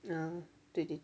ah 对对对